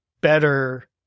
better